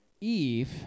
Eve